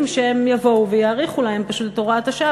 שהם יבואו ויאריכו להם פשוט את הוראת השעה,